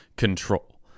control